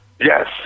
Yes